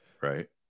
right